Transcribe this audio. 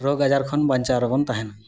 ᱨᱳᱜᱽ ᱟᱡᱟᱨ ᱠᱷᱚᱱ ᱵᱟᱧᱪᱟᱣ ᱨᱮᱵᱚᱱ ᱛᱟᱦᱮᱱᱟ